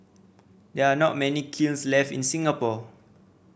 there are not many kilns left in Singapore